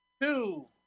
two